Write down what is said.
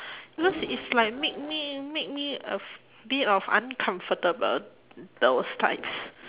because it's like make me make me a bit of uncomfortable those types